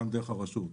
גם דרך הרשות.